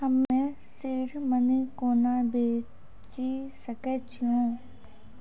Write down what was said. हम्मे seed money कोना भेजी सकै छिओंन